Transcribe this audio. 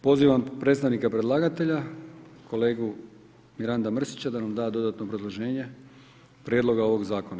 Pozivam predstavnika predlagatelja, kolegu Miranda Mrsića da nam da dodatno obrazloženje prijedloga ovoga Zakona.